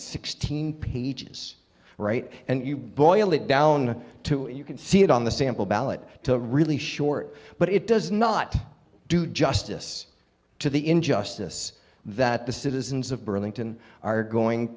sixteen peaches right and you boil it down to it you can see it on the sample ballot to really short but it does not do justice to the injustice that the citizens of burlington are going